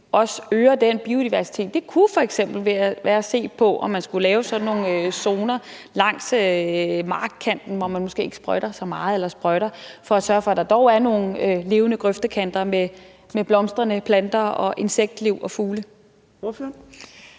også øger den biodiversitet. Det kunne f.eks. være ved at se på, om man skulle lave sådan nogle zoner langs markkanten, hvor man måske ikke sprøjter så meget, for at sørge for, at der dog er nogle levende grøftekanter med blomster, planter, insektliv og fugle.